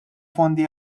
fondi